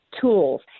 tools